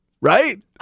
right